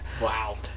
Wow